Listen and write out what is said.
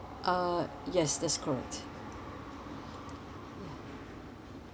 uh yes that's correct